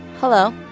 hello